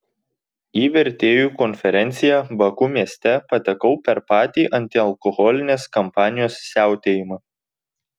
į vertėjų konferenciją baku mieste patekau per patį antialkoholinės kampanijos siautėjimą